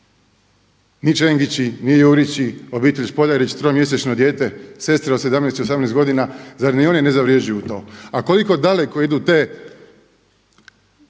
Ni Čengići, ni Jurići, obitelj Špoljarić tromjesečno dijete, sestre od 17 i 18 godina, zar ni oni ne zavrjeđuju to? A koliko dalek idu te